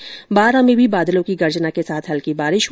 वहीं बारा में भी बादलों की गर्जना के साथ हल्की बारिश हुई